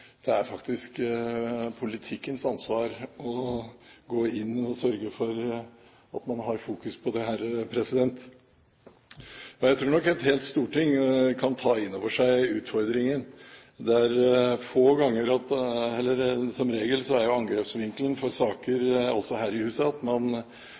Det er faktisk politikkens ansvar å gå inn og sørge for at man har fokus på dette. Jeg tror nok et helt storting kan ta inn over seg utfordringen. Som regel er jo angrepsvinkelen når det gjelder saker – også her i huset – at man